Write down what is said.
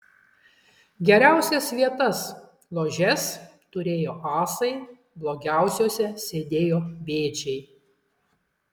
geriausias vietas ložes turėjo asai blogiausiose sėdėjo bėdžiai